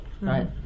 Right